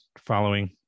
following